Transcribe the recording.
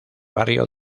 barrio